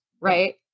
right